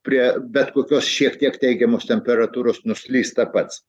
prie bet kokios šiek tiek teigiamos temperatūros nuslysta pats